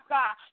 God